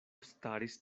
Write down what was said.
staris